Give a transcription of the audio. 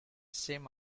same